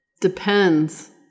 Depends